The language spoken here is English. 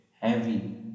heavy